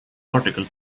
article